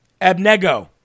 Abnego